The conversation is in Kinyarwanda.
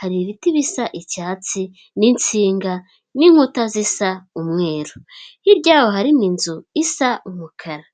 hari ibiti bisa icyatsi n'insinga n'inkuta zisa umweru hiryaho harimo inzu isa umukara.